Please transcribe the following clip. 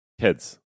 Kids